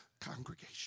congregation